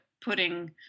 putting